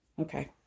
Okay